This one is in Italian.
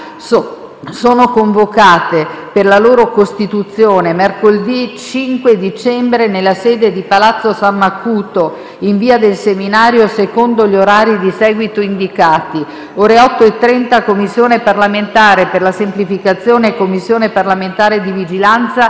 Le mozioni, le interpellanze e le interrogazioni pervenute alla Presidenza, nonché gli atti e i documenti trasmessi alle Commissioni permanenti ai sensi dell'articolo 34, comma 1, secondo periodo, del Regolamento sono pubblicati nell'allegato B al Resoconto della seduta odierna.